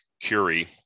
Curie